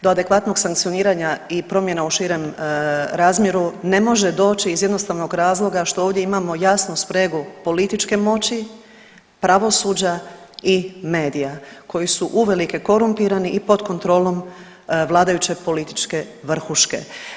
Do adekvatnog sankcioniranja i promjene u širem razmjeru ne može doći iz jednostavnog razloga što ovdje imamo jasnu spregu političke moći, pravosuđa i medija koji su uvelike korumpirani i pod kontrolom vladajuće političke vrhuške.